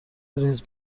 ریز